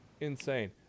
insane